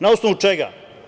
Na osnovu čega?